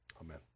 Amen